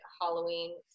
Halloween